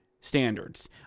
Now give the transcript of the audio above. standards